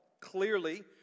clearly